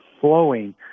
flowing